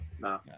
no